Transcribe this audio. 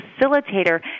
facilitator